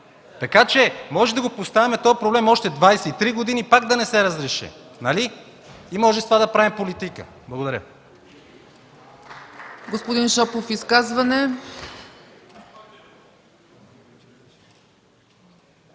Така че можем да поставяме този проблем още 23 години и пак да не се разреши, нали? И можем с това да правим политика. Благодаря.